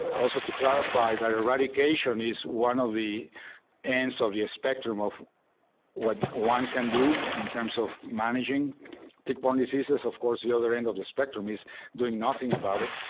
also to clarify that eradication is one of the ends and so of the spectrum of what one can do in terms of managing tick-borne diseases. of course the other end of the spectrum is doing nothing about it.